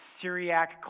Syriac